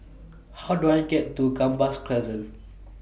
How Do I get to Gambas Crescent